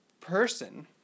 person